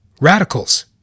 radicals